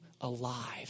alive